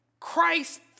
Christ